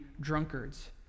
drunkards